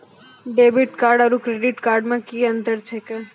Debit card आरू credit card मे कि अन्तर छैक?